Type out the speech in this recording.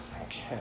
Okay